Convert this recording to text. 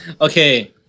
Okay